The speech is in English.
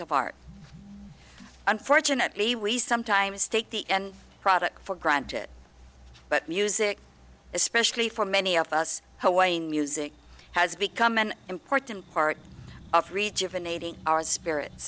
of art unfortunately we sometimes take the end product for granted but music especially for many of us hawaiian music has become an important part of rejuvenating our spirits